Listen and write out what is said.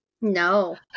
No